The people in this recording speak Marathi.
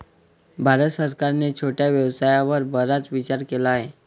भारत सरकारने छोट्या व्यवसायावर बराच विचार केला आहे